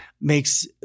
makes